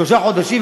שלושה חודשים,